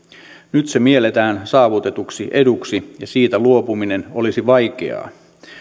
nyt se mielletään saavutetuksi eduksi ja siitä luopuminen olisi vaikeaa